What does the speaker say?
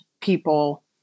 people